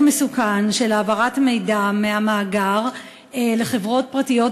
מסוכן של העברת מידע מהמאגר לחברות פרטיות,